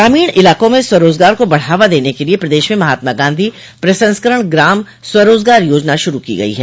ग्रामीण इलाकों में स्वरोजगार को बढ़ावा देने के लिये प्रदेश में महात्मा गांधी प्रसंस्करण ग्राम स्वरोजगार योजना श्रू की गई है